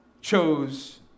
chose